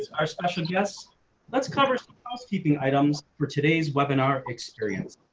are special yes let's cover some housekeeping items for today's webinar experience.